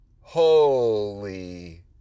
Holy